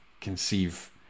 conceive